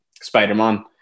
Spider-Man